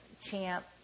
champ